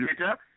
later